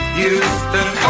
Houston